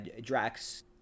Drax